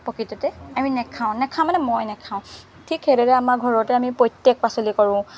প্ৰকৃততে আমি নাখাওঁ নাখাওঁ মানে মই নাখাওঁ ঠিক সেইদৰে আমাৰ ঘৰতে আমি প্ৰত্যেক পাচলি কৰোঁ